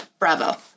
Bravo